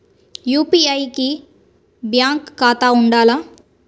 UPI కి bank ఖాతా ఉండాల?